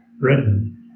written